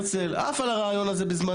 הרצל, הוא עף על הרעיון הזה בזמנו.